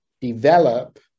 develop